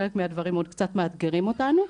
חלק מהדברים עוד קצת מאתגרים אותנו.